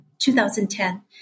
2010